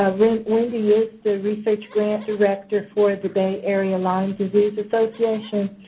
ah wendy is the research grant director for the bay area lyme disease association.